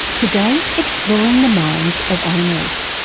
today exploring the minds of animals.